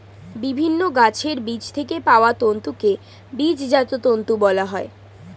বিভিন্ন গাছের বীজের থেকে পাওয়া তন্তুকে বীজজাত তন্তু বলা হয়